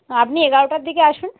আপনি এগারোটার দিকে আসুন